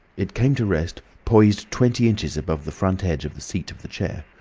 it came to rest poised twenty inches above the front edge of the seat of the chair.